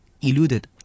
eluded